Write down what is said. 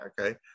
okay